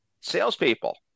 salespeople